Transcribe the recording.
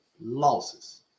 losses